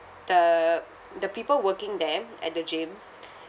the the people working there at the gym